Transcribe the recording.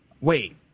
wait